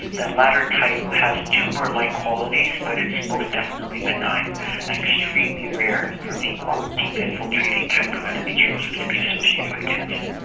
the latter type has tumour-like qualities but is most definitely benign and extremely rare for the deep infiltrating type of endometriosis to be associated with cancer.